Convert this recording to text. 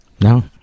No